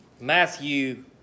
Matthew